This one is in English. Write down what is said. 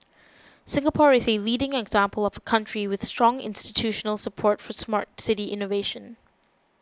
Singapore is a leading example of a country with strong institutional support for Smart City innovation